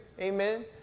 amen